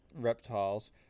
reptiles